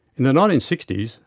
in the nineteen sixty s,